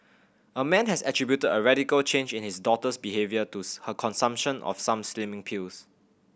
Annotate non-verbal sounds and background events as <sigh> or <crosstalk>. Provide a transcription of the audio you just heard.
a man has attributed a radical change in his daughter's behaviour to <unintelligible> her consumption of some slimming pills